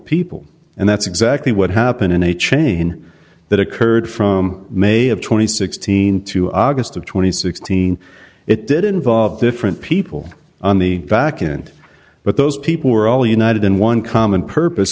people and that's exactly what happened in a chain that occurred from may have twenty sixteen to august of two thousand and sixteen it did involve different people on the backend but those people were all united in one common purpose